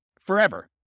forever